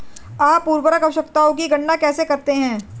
आप उर्वरक आवश्यकताओं की गणना कैसे करते हैं?